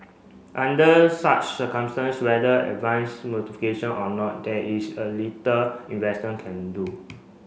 under such circumstance whether advance notification or not there is a little investor can do